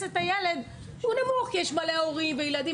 את הילד הוא נמוך כי יש הרבה הורים וילדים.